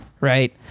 right